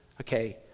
okay